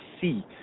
see